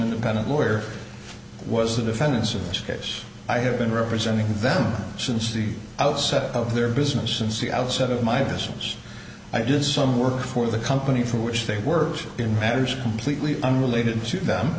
independent lawyer was the defendants in this case i have been representing them since the outset of their business since the outset of my business i did some work for the company for which they were in matters completely unrelated to them